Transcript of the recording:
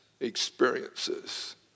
experiences